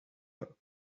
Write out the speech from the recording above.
pas